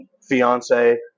fiance